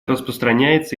распространяется